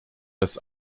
das